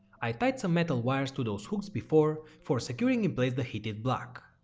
i tight some metal wires to those hooks before for securing in place the heated block.